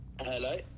Hello